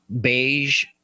beige